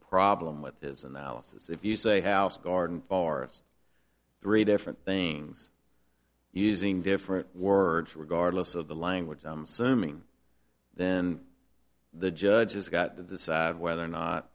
problem with his analysis if you say house garden followers three different things using different words regardless of the language sumi then the judges got to decide whether or not